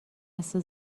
مثل